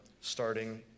starting